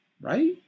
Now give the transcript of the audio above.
right